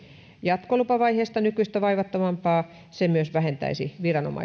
jatkolupavaiheesta nykyistä vaivattomampaa se myös vähentäisi viranomaistyötä